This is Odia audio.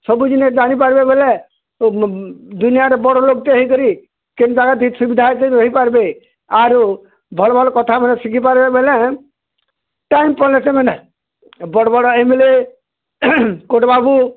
ସବୁ ଜିନିଷ୍ ଜାନିପାର୍ବେ ବୋଇଲେ ଦୁନିଆରେ ବଡ଼୍ ଲୋକ୍ଟେ ହୋଇକରି କେନ୍ ଜାଗା ଠିକ୍ ସୁବିଧା ରହିପାର୍ବେ ଆରୁ ଭଲ୍ ଭଲ୍ କଥାମାନେ ଶିଖିପାର୍ବେ ବେଲେ ବଡ଼୍ ବଡ଼୍ ଏମ୍ଏଲ୍ଏ କୋଟ୍ ବାବୁ